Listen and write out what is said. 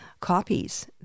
copies